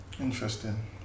Interesting